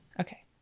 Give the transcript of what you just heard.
Okay